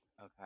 okay